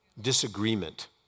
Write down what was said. disagreement